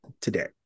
today